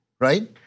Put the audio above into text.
right